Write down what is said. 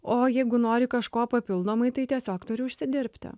o jeigu nori kažko papildomai tai tiesiog turi užsidirbti